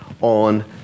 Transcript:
on